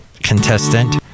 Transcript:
contestant